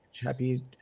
Happy